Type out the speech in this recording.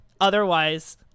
otherwise